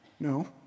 No